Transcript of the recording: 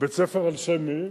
בית-ספר על שם מי?